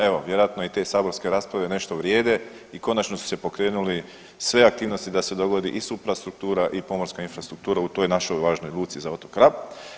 Evo vjerojatno i te saborske rasprave nešto vrijede i konačno su se pokrenule sve aktivnosti da se dogodi i suprastruktura i pomorska infrastruktura u toj našoj važnoj luci za otok Rab.